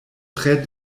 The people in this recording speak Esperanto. tre